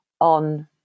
on